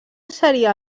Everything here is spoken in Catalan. seria